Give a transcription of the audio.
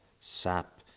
sap